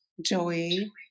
joey